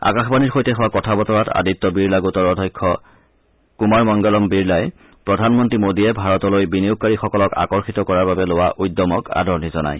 আকাশবাণীৰ সৈতে হোৱা কথা বতৰাত আদিত্য বিৰলা গোটৰ অধ্যক্ষ কুমাৰ মংগলম বিৰলাই প্ৰধানমন্ত্ৰী মোডীয়ে ভাৰতলৈ বিনিয়োগকাৰীসকলক আকৰ্ষিত কৰাৰ বাবে লোৱা উদ্যমৰ প্ৰতি আদৰণি জনায়